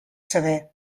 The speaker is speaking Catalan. saber